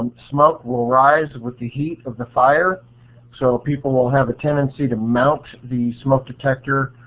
um smoke will rise with the heat of the fire so people will have a tendency to mount the smoke detector,